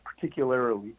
particularly